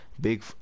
big